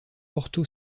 porto